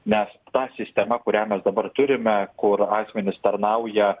nes ta sistema kurią mes dabar turime kur asmenys tarnauja